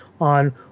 on